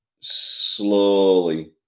slowly